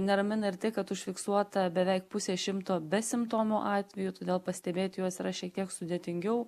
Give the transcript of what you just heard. neramina ir tai kad užfiksuota beveik pusė šimto besimptomių atvejų todėl pastebėti juos yra šiek tiek sudėtingiau